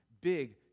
big